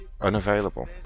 Unavailable